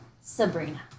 Sabrina